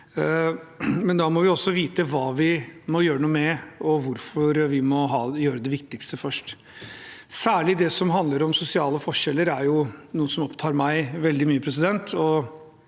Men da må vi også vite hva vi må gjøre noe med, og hvorfor vi må gjøre det viktigste først. Særlig det som handler om sosiale forskjeller, er noe som opptar meg veldig mye. Det